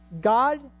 God